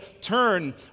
turn